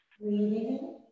Breathing